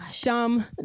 dumb